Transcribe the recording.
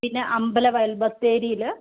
പിന്നെ അമ്പലവയൽ ബത്തേരിയിൽ